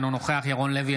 אינו נוכח ירון לוי,